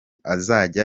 azajya